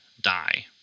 die